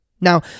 Now